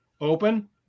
Open